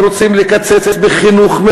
ורוצים לקצץ בחינוך,